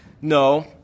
No